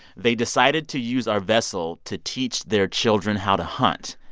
they decided to use our vessel to teach their children how to hunt.